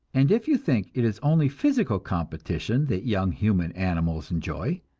and if you think it is only physical competition that young human animals enjoy,